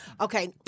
Okay